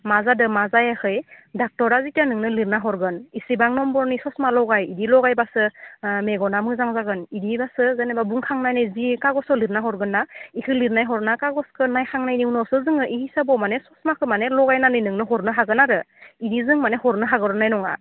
मा जादों मा जायाखै डक्ट'रा जेथिया नोंनो लिरना हरगोन इसेबां नम्बरनि ससमा लगाय बिदि लगायबासो मेगना मोजां जागोन बिदिबासो जेनेबा बुंखांनानै बिदि खागजाव लिरना हरगोनना बेखौ लिरना हरनाय खागजखौ नायखांनायनि उनावसो जों बे हिसाबाव माने ससमाखो माने लगायनानै नोंनो हरनो हागोन आरो बिदि जों माने हरनो हाग्रोनाय नङा